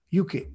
UK